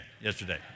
yesterday